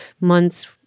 months